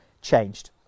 changed